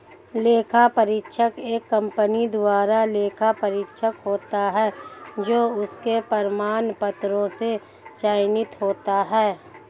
लेखा परीक्षक एक कंपनी द्वारा लेखा परीक्षक होता है जो उसके प्रमाण पत्रों से चयनित होता है